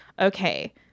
okay